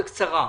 בבקשה.